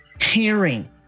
hearing